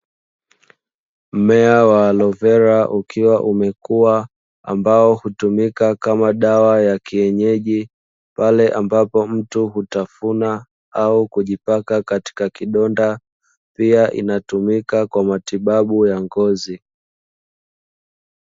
Mmea wa alovela ukiwa umekua ambao hutumika kama dawa ya kienyeji pale ambapo mtu hutafuna au kujipaka katika kidonda. Pia inatumika kwa matibabu ya ngozi .